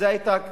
זו היתה הגישה.